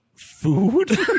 Food